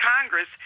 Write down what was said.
Congress